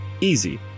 Easy